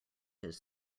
his